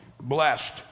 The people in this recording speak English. blessed